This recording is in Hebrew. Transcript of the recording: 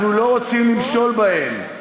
אנחנו לא רוצים למשול בהם,